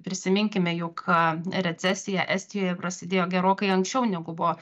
prisiminkime jog recesija estijoj prasidėjo gerokai anksčiau negu buvo